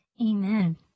Amen